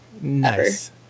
Nice